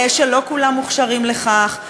שלא כולם מוכשרים לכך,